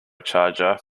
charger